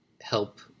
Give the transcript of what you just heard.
help